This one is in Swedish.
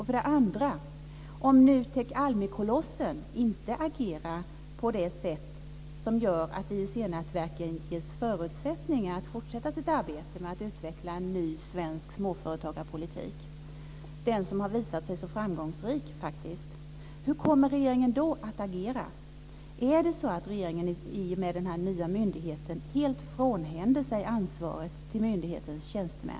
För det andra: Om NUTEK-ALMI-kolossen inte agerar på det sätt som gör att IUC-nätverken ges förutsättningar att fortsätta sitt arbete med att utveckla en ny svensk småföretagarpolitik, som faktiskt har visat sig så framgångsrik, hur kommer regeringen då att agera? Är det så att regeringen i och med den nya myndigheten helt frånhänder sig ansvaret till myndighetens tjänstemän?